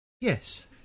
Yes